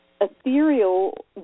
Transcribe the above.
ethereal